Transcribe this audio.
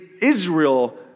Israel